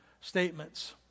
statements